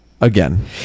again